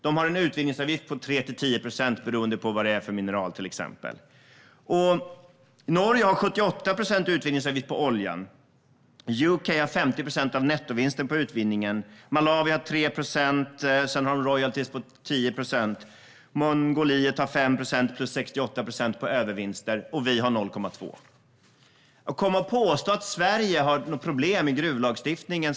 De har en utvinningsavgift på 3-10 procent beroende på till exempel vad det är för mineral. Norge har en utvinningsavgift på 78 procent på oljan. Storbritannien har en utvinningsavgift på 50 procent av nettovinsten. Malawi har en utvinningsavgift på 3 procent. Sedan har de royaltyer på 10 procent. Mongoliet har en utvinningsavgift på 5 procent plus 68 procent på övervinster. Och vi har en utvinningsavgift på 0,2 procent. Det påstås att Sverige har problem med gruvlagstiftningen.